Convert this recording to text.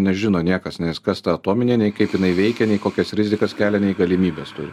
nežino niekas nes kas ta atominė nei kaip jinai veikia nei kokias rizikas kelia nei galimybes turi